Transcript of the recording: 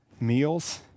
meals